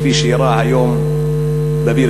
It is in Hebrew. כפי שאירע היום בביר-הדאג'.